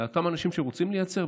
לאותם אנשים שרוצים לייצר,